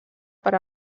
per